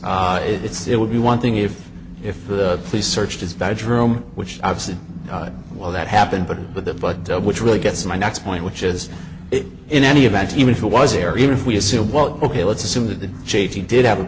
it's it would be one thing if if the police searched his bedroom which i've said well that happened but but the but which really gets my next point which is it in any event even if it was there even if we assume well ok let's assume that the j v did have a